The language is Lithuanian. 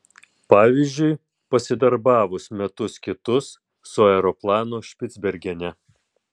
pavyzdžiui pasidarbavus metus kitus su aeroplanu špicbergene